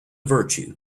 virtue